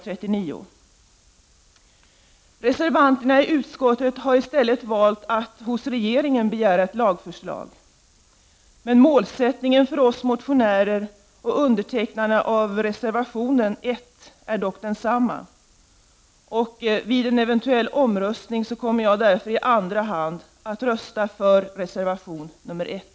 Reservanterna i utskottet har i stället valt att hos regeringen begära ett lagförslag. Målsättningen för oss motionärer och undertecknarna av reservationen I är dock densamma. Vid en eventuell omröstning kommer jag därför i andra hand att rösta för reservation 1.